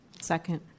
Second